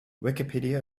wikipedia